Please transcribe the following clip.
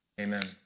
Amen